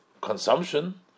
consumption